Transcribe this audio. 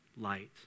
light